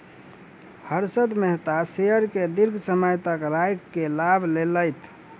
Harshad Mehta share के दीर्घ समय तक राइख के लाभ लेलैथ